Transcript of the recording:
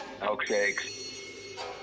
milkshakes